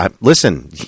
Listen